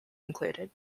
included